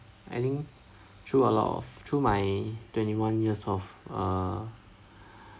I think through a lot of through my twenty one years of err